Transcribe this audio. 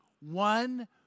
one